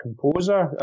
composer